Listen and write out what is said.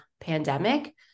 pandemic